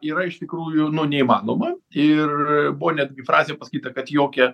yra iš tikrųjų nu neįmanoma ir buvo netgi frazė pasakyta kad jokia